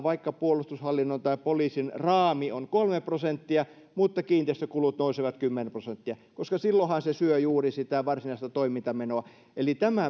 vaikka puolustushallinnon tai poliisin raami on kolme prosenttia mutta kiinteistökulut nousevat kymmenen prosenttia silloinhan se syö juuri sitä varsinaista toimintamenoa eli tähän